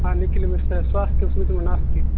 हा निखिलः तस्य स्वास्थ्यं समीचीनं नास्ति